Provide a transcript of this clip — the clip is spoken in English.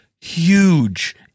huge